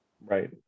Right